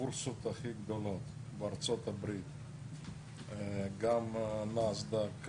הבורסות הכי גדולות בארה"ב גם נאסד"ק,